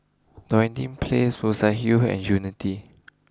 Dinding place Muswell Hill and Unity